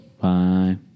bye